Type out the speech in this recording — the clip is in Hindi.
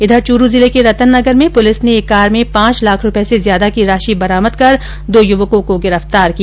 इधर चुरू जिले के रतननगर में पुलिस ने एक कार में पांच लाख रूपये से ज्यादा की राशि बरामद कर दो युवकों को गिरफ्तार किया